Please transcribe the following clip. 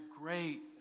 great